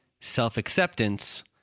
self-acceptance